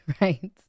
Right